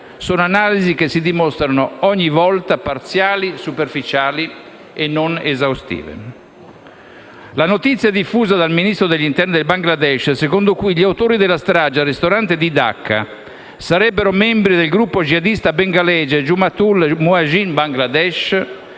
Sono analisi che si dimostrano ogni volta parziali, superficiali e non esaustive. La notizia diffusa dal Ministro degli interni del Bangladesh, secondo cui gli autori della strage al ristorante di Dacca sarebbero membri del gruppo jihadista bengalese Jumatul Mujahedeen Bangladesh,